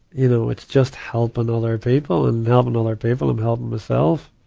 you know, it's just helping other people and helping other people and helping myself.